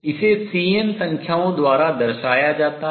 इसे Cn संख्याओं द्वारा दर्शाया जाता है